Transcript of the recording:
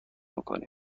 میکنیم